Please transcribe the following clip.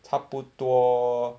差不多